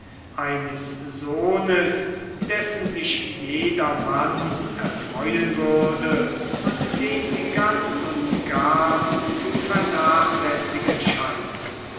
eines sohnes dessen sich jedermann erfreuen würde und den sie ganz und gar zu vernachlässigen scheinen